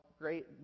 great